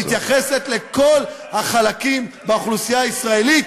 שמתייחסת לכל החלקים באוכלוסייה הישראלית,